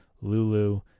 Lulu